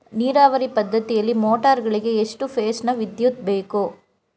ನೀರಾವರಿ ಪದ್ಧತಿಯಲ್ಲಿ ಮೋಟಾರ್ ಗಳಿಗೆ ಎಷ್ಟು ಫೇಸ್ ನ ವಿದ್ಯುತ್ ಬೇಕು?